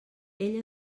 ella